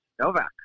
Novak